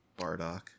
Bardock